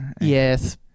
Yes